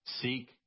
seek